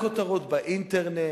לכותרות באינטרנט,